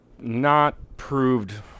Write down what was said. not-proved